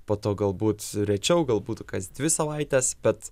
po to galbūt rečiau galbūt kas dvi savaites bet